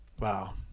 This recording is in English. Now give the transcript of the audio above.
Wow